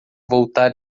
voltar